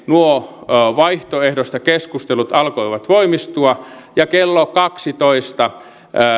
nuo vaihtoehdosta keskustelut alkoivat voimistua kello kaksitoista